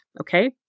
Okay